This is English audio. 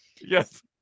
yes